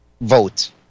vote